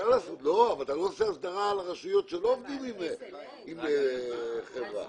אבל אתה לא עושה הסדרה לרשויות שלא עובדות עם חברת גבייה.